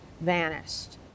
vanished